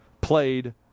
played